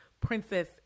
princess